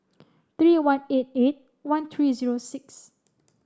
three one eight eight one three zero six